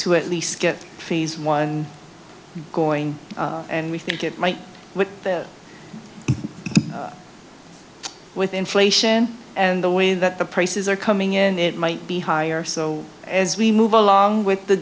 to at least get fees one going and we think it might win there with inflation and the way that the prices are coming in it might be higher so as we move along with the